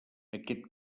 aquest